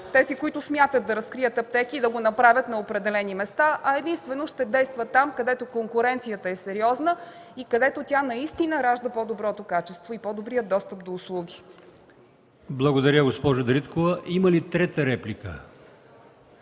тези, които смятат да разкрият аптеки, да го направят на определени места. Единствено ще действат там, където конкуренцията е сериозна и където тя наистина ражда по-доброто качество и по-добрия достъп до услуги. ПРЕДСЕДАТЕЛ АЛИОСМАН ИМАМОВ: Благодаря, госпожо Дариткова. Има ли трета реплика?